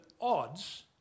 odds